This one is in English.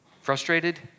frustrated